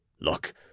Look